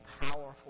powerful